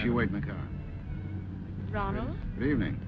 she would make a living